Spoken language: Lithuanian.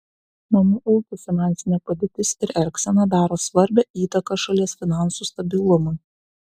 namų ūkių finansinė padėtis ir elgsena daro svarbią įtaką šalies finansų stabilumui